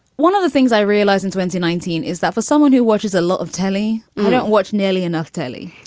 one of the things i realized in twenty nineteen is that for someone who watches a lot of telly you don't watch nearly enough telly.